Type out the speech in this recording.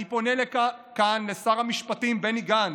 אני פונה כאן לשר המשפטים בני גנץ,